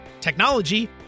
technology